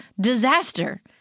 disaster